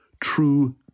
true